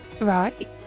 Right